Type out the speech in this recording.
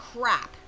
crap